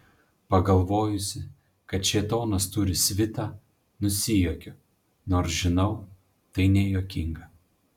pagalvojusi kad šėtonas turi svitą nusijuokiu nors žinau tai nejuokinga